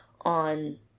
on